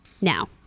Now